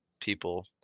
people